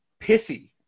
pissy